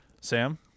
Sam